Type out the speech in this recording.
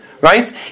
right